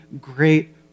great